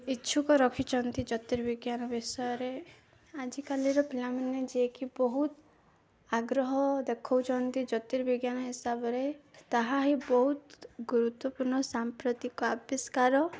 ଇଚ୍ଛୁକ ରଖିଛନ୍ତି ଜ୍ୟୋତିର୍ବିଜ୍ଞାନ ବିଷୟରେ ଆଜିକାଲିର ପିଲାମାନେ ଯିଏକି ବହୁତ ଆଗ୍ରହ ଦେଖାଉଛନ୍ତି ଜ୍ୟୋତିର୍ବିଜ୍ଞାନ ହିସାବରେ ତାହା ହିଁ ବହୁତ ଗୁରୁତ୍ୱପୂର୍ଣ୍ଣ ସାମ୍ପ୍ରତିକ ଆବିଷ୍କାର